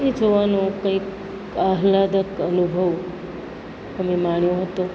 એ જોવાનો કંઈક આહલાદક અનુભવ અમે માણ્યો હતો